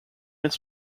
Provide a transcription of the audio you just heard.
his